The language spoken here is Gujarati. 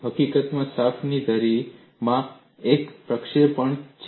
હકીકતમાં શાફ્ટની ધરીમાં એક પ્રક્ષેપણ છે